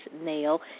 Nail